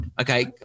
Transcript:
okay